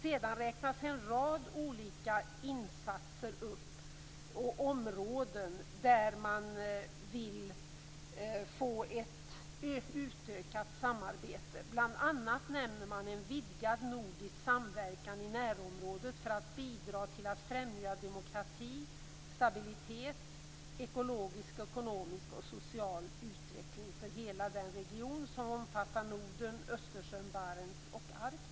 Sedan räknar man upp en rad olika insatser och områden där man vill få till stånd ett utökat samarbete. Bl.a. nämner man en vidgad nordisk samverkan i närområdet för att bidra till att främja demokrati, stabilitet, ekologisk, ekonomisk och social utveckling för hela den region som omfattar Norden, Östersjön, Barents och Arktis.